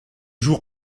jours